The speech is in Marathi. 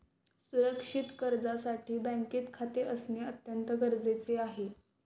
सुरक्षित कर्जासाठी बँकेत खाते असणे अत्यंत गरजेचे आहे